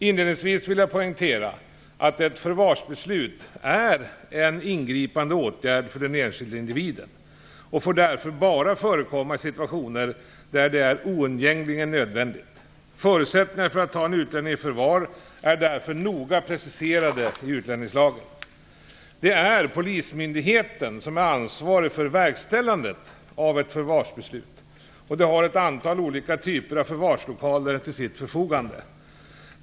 Inledningsvis vill jag poängtera att ett förvarsbeslut är en ingripande åtgärd för den enskilde individen och får därför bara förekomma i situationer där det är oundgängligen nödvändigt. Förutsättningarna för att ta en utlänning i förvar är därför noga preciserade i utlänningslagen. Det är polismyndigheten som är ansvarig för verkställandet av ett förvarsbeslut, och de har ett antal olika typer av förvarslokaler till sitt förfogande.